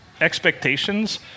expectations